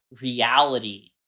reality